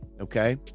okay